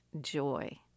joy